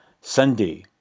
Sunday